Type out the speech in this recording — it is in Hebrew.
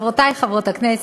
חברותי חברות הכנסת,